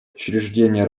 учреждение